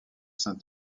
saint